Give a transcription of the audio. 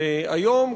והיום,